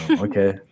Okay